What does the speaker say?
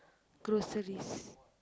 groceries